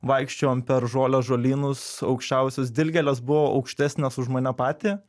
vaikščiojom per žolę žolynus aukščiausios dilgėlės buvo aukštesnės už mane patį